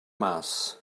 mas